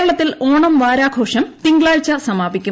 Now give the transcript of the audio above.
കേരളത്തിൽ ഓണം വാരാഘോഷം തിങ്കളാഴ്ച സമാപിക്കും